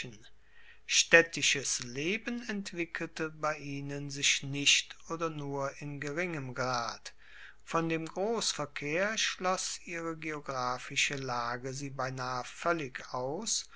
staedtisches leben entwickelte bei ihnen sich nicht oder nur in geringem grad von dem grossverkehr schloss ihre geographische lage sie beinahe voellig aus